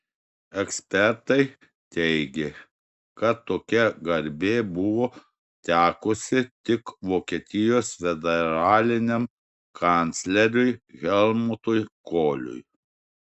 ekspertai teigė kad tokia garbė buvo tekusi tik vokietijos federaliniam kancleriui helmutui koliui